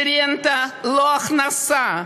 שהרנטה היא לא הכנסה.